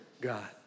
God